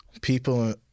people